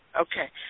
Okay